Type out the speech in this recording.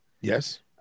Yes